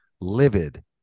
livid